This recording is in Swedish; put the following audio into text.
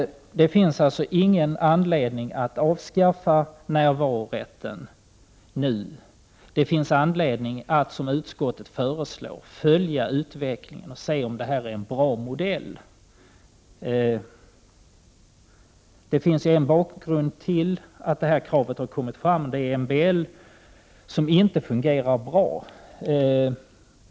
Det finns alltså inget skäl att avskaffa närvarorätten nu. Det finns anledning att, som utskottet föreslår, följa utvecklingen och se om det här är en bra modell. En bidragande orsak till att det här kravet har förts fram är att MBL inte fungerar bra.